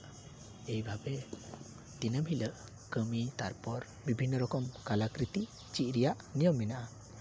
ᱮᱭᱵᱷᱟᱵᱮ ᱫᱤᱱᱟᱹᱢ ᱦᱤᱞᱟᱹᱜ ᱠᱟᱹᱢᱤ ᱛᱟᱨᱯᱚᱨ ᱵᱤᱵᱷᱤᱱᱱᱚ ᱨᱚᱠᱚᱢ ᱠᱟᱞᱟ ᱠᱨᱤᱛᱤ ᱪᱮᱫ ᱨᱮᱭᱟᱜ ᱱᱤᱭᱚᱢ ᱢᱮᱱᱟᱜᱼᱟ